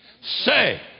say